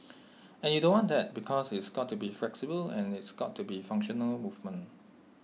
and you don't want that because it's got to be flexible and it's got to be functional movement